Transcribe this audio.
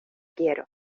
quiero